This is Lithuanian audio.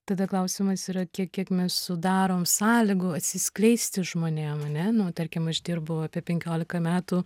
tada klausimas yra kiek kiek mes sudarom sąlygų atsiskleisti žmonėm ar ne nu tarkim išdirbu apie penkiolika metų